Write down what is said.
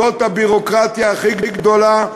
זאת הביורוקרטיה הכי גדולה,